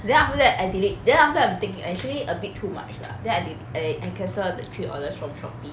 then after that I delete then after that I'm thinking actually a bit too much lah then I de~ eh I cancel the three orders from Shopee